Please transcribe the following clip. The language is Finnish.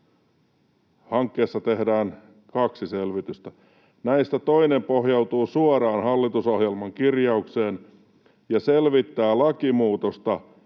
Hankkeessa tehdään kaksi selvitystä. Näistä toinen pohjautuu suoraan hallitusohjelman kirjaukseen ja selvittää lakimuutosta,